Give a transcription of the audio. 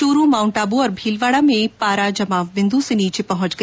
Churu mount Abu और भीलवाड़ा में पारा जमाव बिन्दु से नीचे पहुंच गया